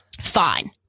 Fine